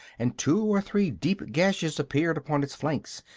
and two or three deep gashes appeared upon its flanks,